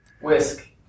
Whisk